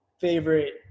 favorite